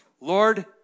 Lord